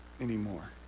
anymore